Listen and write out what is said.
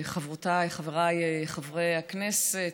חברותיי וחבריי חברי הכנסת,